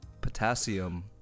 Potassium